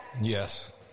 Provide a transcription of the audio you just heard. Yes